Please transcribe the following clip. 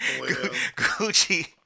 Gucci